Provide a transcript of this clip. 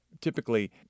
typically